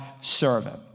servant